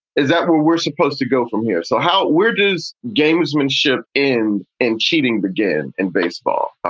is that what we're supposed to go from here? so how weird is gamesmanship in in cheating began in baseball?